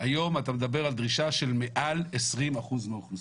היום אתה מדבר על דרישה של מעל 20% מהאוכלוסייה.